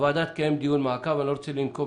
הוועדה תקיים דיון מעקב - אני לא רוצה לנקוב